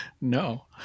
no